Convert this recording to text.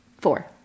Four